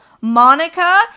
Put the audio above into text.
Monica